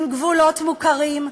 עם גבולות מוכרים,